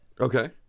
Okay